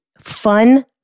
fun